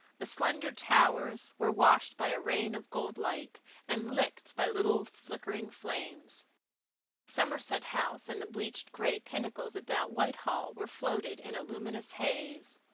the slender towers were washed by a rain of golden light and licked by little flickering flames somerset house and the bleached gray pinnacles about whitehall were floated in a luminous haze.